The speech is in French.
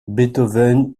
beethoven